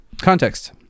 Context